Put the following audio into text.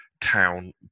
town